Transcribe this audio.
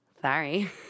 Sorry